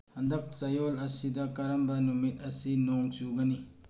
ꯍꯟꯗꯛ ꯆꯌꯣꯜ ꯑꯁꯤꯗ ꯀꯔꯝꯕ ꯅꯨꯃꯤꯠ ꯑꯁꯤ ꯅꯣꯡ ꯆꯨꯒꯅꯤ